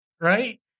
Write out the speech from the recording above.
Right